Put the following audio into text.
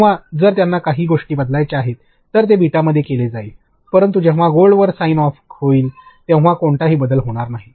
किंवा जर त्यांना काही गोष्टी बदलायच्या आहेत तर ते बीटामध्ये केले जाईल परंतु जेव्हा गोल्ड वर साइन ऑफ जाईल तेव्हा कोणताही बदल होणार नाही